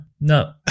no